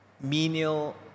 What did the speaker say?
menial